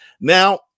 Now